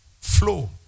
flow